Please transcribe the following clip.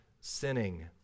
sinning